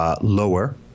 Lower